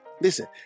Listen